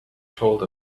told